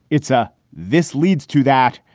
it's a this leads to that.